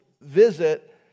visit